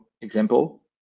example